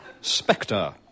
Spectre